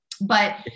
But-